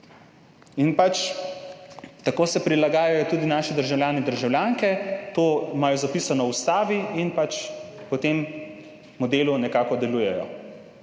se pač prilagajajo tudi naši državljani in državljanke, to imajo zapisano v ustavi, in pač po tem modelu nekako delujejo.